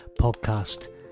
podcast